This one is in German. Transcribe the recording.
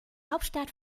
hauptstadt